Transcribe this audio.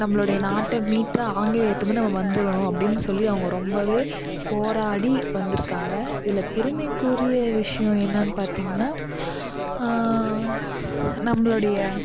நம்மளுடைய நாட்டை மீட்டு ஆங்கிலேயர்கிட்டேருந்து நம்ம வந்துடணும் அப்படின்னு சொல்லி அவங்க ரொம்பவே போராடி வந்திருக்காங்க இதில் பெருமைக்குரிய விஷயம் என்னென்னு பார்த்திங்கன்னா நம்மளோடைய